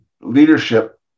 leadership